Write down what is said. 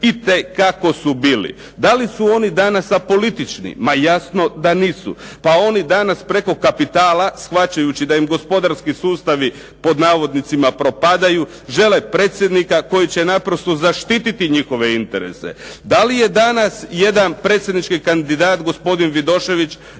itekako su bili. Da li su oni danas apolitični? Ma jasno da nisu. Pa oni danas preko kapitala shvaćajući da im gospodarski sustavi "propadaju" žele predsjednika koji će naprosto zaštititi njihove interese. Da li je danas jedan predsjednički kandidat gospodin Vidošević